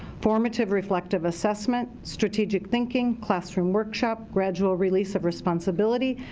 formative reflective assessment, strategic thinking, classroom workshop, gradual release of responsibility,